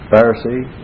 Pharisee